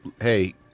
hey